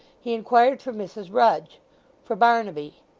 he inquired for mrs rudge for barnaby.